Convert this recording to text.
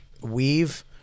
weave